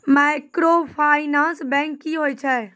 Microfinance bank की होय छै?